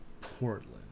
Portland